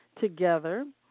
together